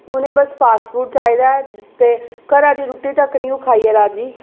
उ'नेंगी बस fast food चाहिदा ऐ ते घरै दी रुट्टी तक निं ओह् खाइयै राजी